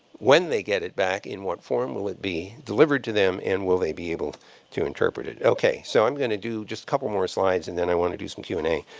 when they get it back, in what form will it be delivered to them? and will they be able to interpret it? okay. so i'm going to do just a couple more slides and then i want to do some q and a.